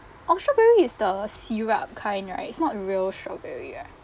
oh strawberry is the syrup kind right it's not real strawberry right